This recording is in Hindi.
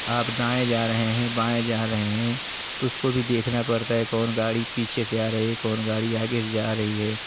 आप दाएँ जा रहे हैं बाएँ जा रहे हैं तो उसको भी देखना पड़ता है कौन गाड़ी पीछे से आ रही है कौन गाड़ी आगे से जा रही है